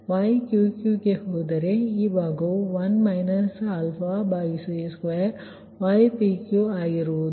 ಈ ಭಾಗವು 1 α2ypq ಆಗಿರುತ್ತದೆ